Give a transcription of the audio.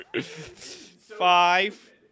Five